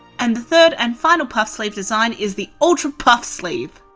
and the third and final puff sleeve design is the ultra puff sleeve.